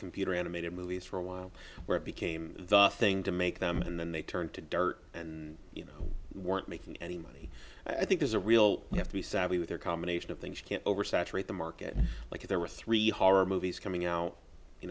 computer animated movies for a while where it became the thing to make them and then they turned to dirt and you know weren't making any money i think is a real you have to be savvy with their combination of things you can't oversaturate the market like there were three horror movies coming out you